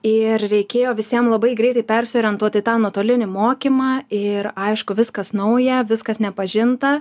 ir reikėjo visiem labai greitai persiorientuot į tą nuotolinį mokymą ir aišku viskas nauja viskas nepažinta